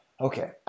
Okay